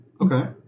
Okay